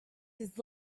his